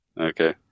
Okay